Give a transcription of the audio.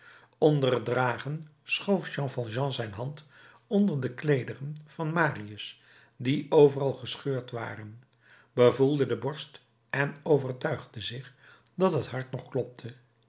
onder het dragen schoof jean valjean zijn hand onder de kleederen van marius die overal gescheurd waren bevoelde de borst en overtuigde zich dat het hart nog klopte